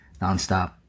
nonstop